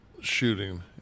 shooting